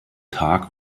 tag